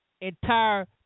entire